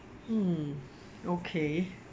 mm okay